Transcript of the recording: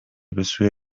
بسوی